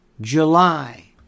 July